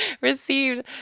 received